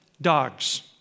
dogs